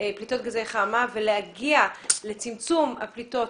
פליטות גזי חממה ולהגיע לצמצום הפליטות